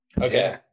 okay